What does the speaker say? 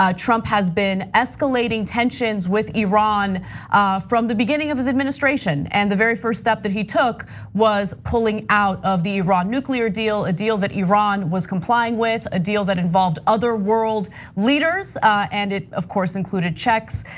ah trump has been escalating tensions with iran from the beginning of his administration. and the very first step that he took was pulling out of the iran nuclear deal. a deal that iran was complying with, a deal that involved other world leaders and of course, included czechs,